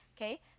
Okay